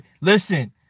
Listen